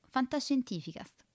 Fantascientificast